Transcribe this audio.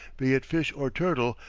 be it fish or turtle,